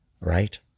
right